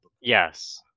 yes